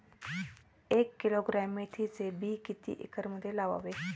एक किलोग्रॅम मेथीचे बी किती एकरमध्ये लावावे?